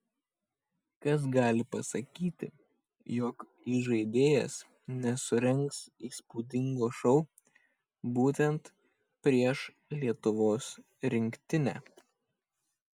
kas gali pasakyti jog įžaidėjas nesurengs įspūdingo šou būtent prieš lietuvos rinktinę